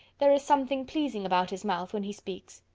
there is something pleasing about his mouth when he speaks.